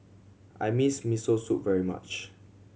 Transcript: I miss Miso Soup very much